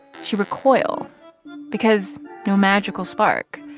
she'd recoil because no magical spark,